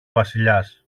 βασιλιάς